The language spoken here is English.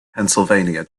pennsylvania